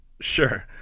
Sure